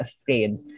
afraid